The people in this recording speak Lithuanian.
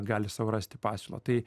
gali sau rasti pasiūlą tai